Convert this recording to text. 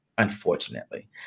Unfortunately